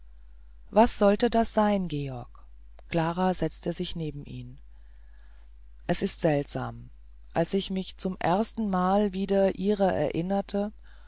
was sollte das sein georg klara setzte sich neben ihn es ist seltsam als ich mich zum erstenmal wieder ihrer erinnerte